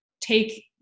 take